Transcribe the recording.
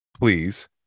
please